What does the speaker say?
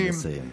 נא לסיים.